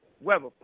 weather